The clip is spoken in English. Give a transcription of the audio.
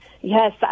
Yes